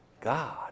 God